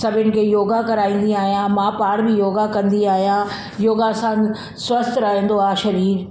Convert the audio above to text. सभिनि खे योगा कराईंदी आहियां मां पाण बि योगा कंदी आहियां योगा सां स्वस्थु रहंदो आहे शरीर